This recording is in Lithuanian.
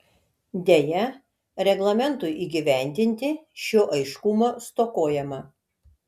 deja reglamentui įgyvendinti šio aiškumo stokojama